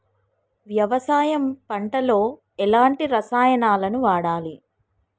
వ్యవసాయం పంట లో ఎలాంటి రసాయనాలను వాడాలి?